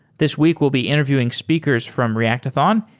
this week, we'll be interviewing speakers from reactathon.